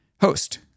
host